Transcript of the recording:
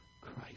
Christ